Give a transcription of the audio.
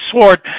sword